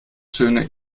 schöne